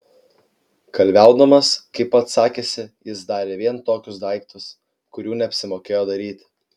kalviaudamas kaip pats sakėsi jis darė vien tokius daiktus kurių neapsimokėjo daryti